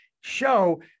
show